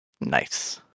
Nice